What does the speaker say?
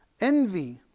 envy